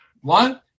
One